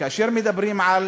כאשר מדברים על